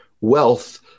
wealth